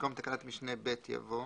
במקום תקנת משנה (ב) יבוא: